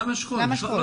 למה שכול?